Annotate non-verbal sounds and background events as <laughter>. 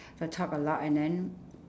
<breath> so talk a lot and then